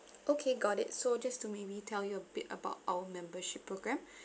okay got it so just to maybe tell you a bit about our membership program